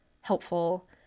helpful